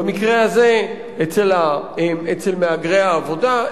במקרה הזה אצל מהגרי העבודה.